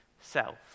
self